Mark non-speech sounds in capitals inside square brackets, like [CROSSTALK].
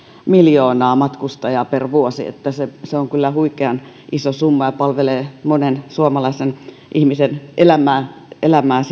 miljoonaa matkustajaa per vuosi eli se on kyllä huikean iso summa ja palvelee monen suomalaisen ihmisen elämää elämää [UNINTELLIGIBLE]